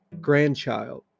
grandchild